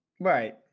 right